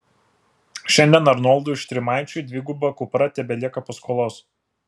šiandien arnoldui štrimaičiui dviguba kupra tebelieka paskolos